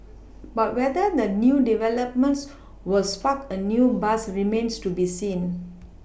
but whether the new developments will spark a new buzz remains to be seen